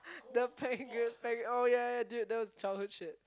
the penguin penguin oh ya ya dude that was childhood shit